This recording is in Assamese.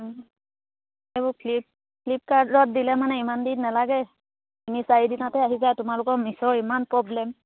এইবোৰ ফ্লিপ ফ্লিপকাৰ্টত দিলে মানে ইমান দিন নেলাগে তুমি চাৰিদিনতে আহি যায় তোমালোকৰ মিশোৰ ইমান প্ৰব্লেম